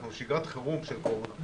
אנחנו בשגרת חירום של קורונה.